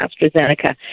AstraZeneca